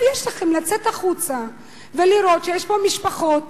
יש לכם לצאת החוצה ולראות שיש פה משפחות